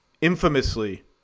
infamously